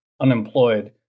unemployed